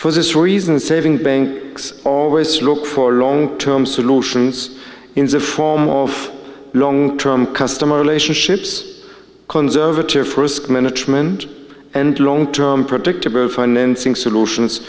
for this reason saving bank always look for long term solutions in the form of long term customer relationships conservative management and long term predictable financing solutions